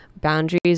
boundaries